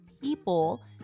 people